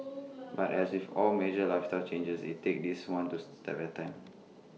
but as with all major lifestyle changes IT take this one to step at A time